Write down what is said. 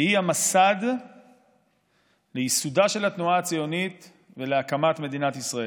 והיא המסד לייסודה של התנועה הציונית ולהקמת מדינת ישראל.